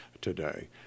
today